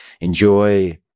Enjoy